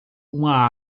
uma